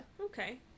Okay